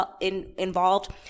involved